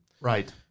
Right